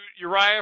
Uriah